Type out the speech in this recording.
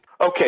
Okay